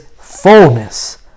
fullness